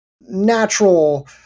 natural